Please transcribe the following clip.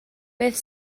beth